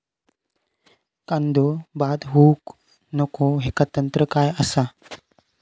कांदो बाद होऊक नको ह्याका तंत्र काय असा?